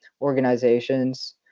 organizations